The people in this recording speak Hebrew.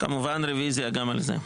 כמובן, רביזיה גם על זה.